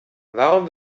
warum